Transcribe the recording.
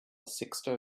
sexto